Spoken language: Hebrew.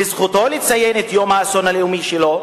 וזכותו לציין את יום האסון הלאומי שלו,